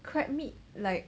crab meat like